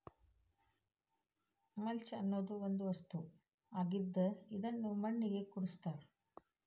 mulch ಅನ್ನುದು ಒಂದ ವಸ್ತು ಆಗಿದ್ದ ಇದನ್ನು ಮಣ್ಣಿಗೆ ಕೂಡಸ್ತಾರ